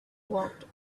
walked